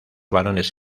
varones